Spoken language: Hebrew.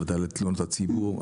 בוועדה לתלונות הציבור.